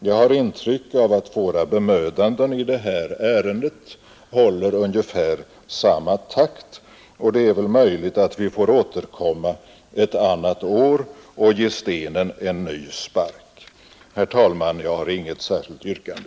Jag har intrycket att våra bemödanden i det här ärendet håller ungefär samma takt, och det är väl möjligt att vi får återkomma ett annat år och ge stenen en ny spark. Herr talman! Jag har inget särskilt yrkande.